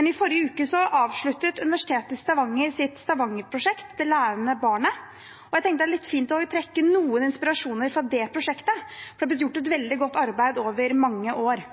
I forrige uke avsluttet Universitetet i Stavanger «Stavangerprosjektet – Det lærende barnet», og jeg tenker det er litt fint å trekke noe inspirasjon fra det prosjektet, for det har blitt gjort et veldig godt arbeid over mange år.